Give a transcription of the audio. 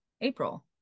april